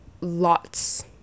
lots